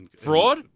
Fraud